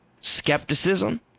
Skepticism